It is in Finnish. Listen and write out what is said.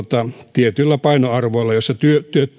tietyillä painoarvoilla joissa työttömyyden merkitys on